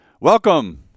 Welcome